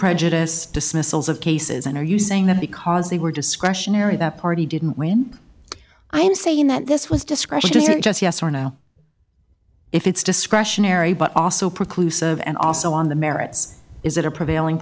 prejudiced dismissals of cases and are you saying that because they were discretionary that party didn't win i'm saying that this was discretionary just yes or no if it's discretionary but also preclude serve and also on the merits is that a prevailing